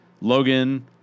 Logan